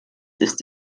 ist